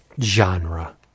genre